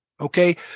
Okay